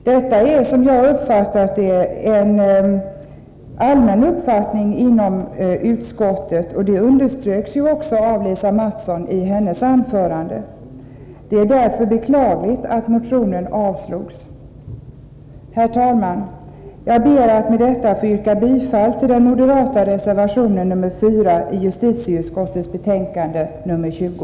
Detta är, som jag har uppfattat det, en allmän uppfattning inom utskottet, och det underströks också av Lisa Mattson i hennes anförande. Det är därför beklagligt att motionen har avstyrkts. Herr talman! Jag ber att med detta få yrka bifall till den moderata reservationen nr 4 i justitieutskottets betänkande nr 20.